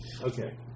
Okay